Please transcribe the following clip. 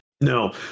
No